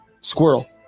squirrel